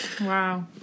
Wow